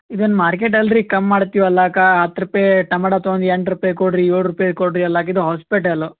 ಇದೇನು ಮಾರ್ಕೆಟ್ ಅಲ್ರಿ ಕಮ್ಮಿ ಮಾಡ್ತೀವಲ್ಲಕ್ಕ ಹತ್ತು ರುಪಾಯ್ ಟಮಾಟ ತಗೊಂಡು ಎಂಟು ರುಪಾಯ್ ಕೊಡ್ರಿ ಏಳು ರುಪಾಯ್ ಕೊಡ್ರಿ ಅಲ್ಲಾಕ ಇದು ಹಾಸ್ಪಿಟಲು